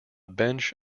bench